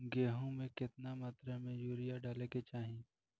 गेहूँ में केतना मात्रा में यूरिया डाले के चाही?